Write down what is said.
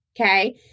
okay